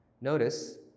Notice